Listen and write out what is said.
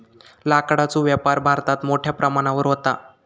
लाकडाचो व्यापार भारतात मोठ्या प्रमाणावर व्हता